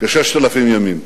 כ-6,000 ימים.